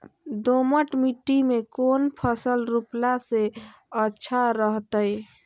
दोमट मिट्टी में कौन फसल रोपला से अच्छा रहतय?